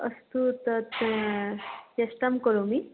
अस्तु तत् चेष्टां करोमि